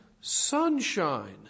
sunshine